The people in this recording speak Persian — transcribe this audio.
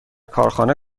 کارخانه